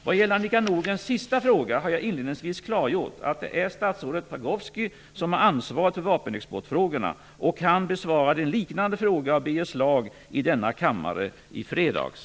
Vad gäller Annika Nordgrens sista fråga har jag inledningsvis klargjort att det är statsrådet Pagrotsky som har ansvaret för vapenexportfrågorna, och han besvarade en liknande fråga av Birger Schlaug i denna kammare i fredags.